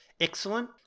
excellent